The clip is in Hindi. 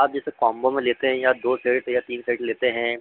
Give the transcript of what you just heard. आप जैसे कॉम्बो में लेते हैं या दो सेट या तीन सेट लेते हैं